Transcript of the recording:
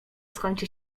skończy